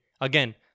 again